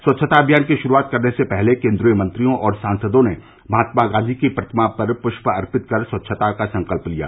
स्वच्छता अभियान की शुरुआत करने से पहले केंद्रीय मंत्रियों और सांसदों ने महात्मा गांधी की प्रतिमा पर पुष्प अर्पित कर स्वच्छता का संकल्प लिया